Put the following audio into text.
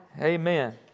Amen